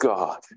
God